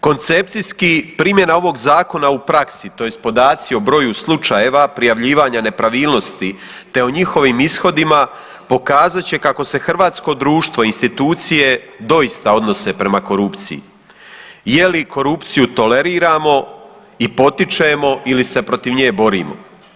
Koncepcijski primjena ovog zakona u praksi tj. podaci o broju slučajeva prijavljivanja nepravilnosti te o njihovim ishodima pokazat će kako se hrvatsko društvo i institucije doista odnose prema korupciji, je li korupciju toleriramo i potičemo ili se protiv nje borimo.